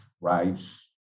rice